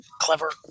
clever